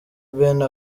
beni